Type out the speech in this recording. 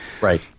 right